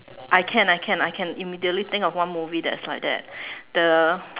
I can I can I can immediately think of one movie that is like that the